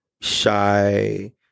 shy